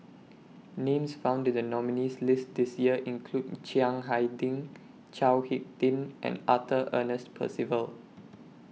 Names found in The nominees' list This Year include Chiang Hai Ding Chao Hick Tin and Arthur Ernest Percival